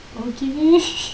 okay